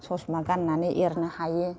ससमा गाननानै एरनो हायो